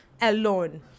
alone